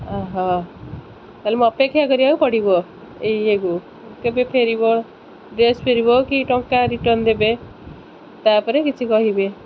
ଅ ହ ତାହାଲେ ମୁଁ ଅପେକ୍ଷା କରିବାକୁ ପଡ଼ିବ ଏଇୟାକୁ କେବେ ଫେରିବ ଡ୍ରେସ୍ ଫେରିବ କି ଟଙ୍କା ରିଟର୍ଣ୍ଣ ଦେବେ ତା'ପରେ କିଛି କହିବେ